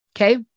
okay